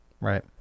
Right